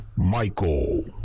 Michael